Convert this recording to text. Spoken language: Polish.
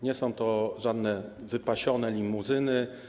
Nie są to żadne wypasione limuzyny.